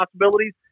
possibilities